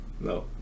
no